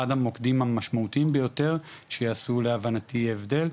המוקדים המשמעותיים ביותר שעשו להבנתי הבדל,